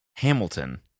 Hamilton